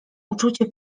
uczucie